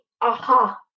aha